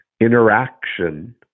interaction